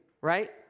right